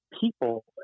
people